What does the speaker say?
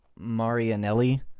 Marianelli